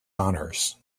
honors